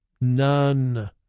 None